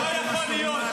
רגע.